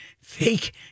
fake